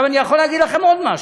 אני יכול להגיד לכם עוד משהו.